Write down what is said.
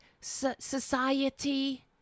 society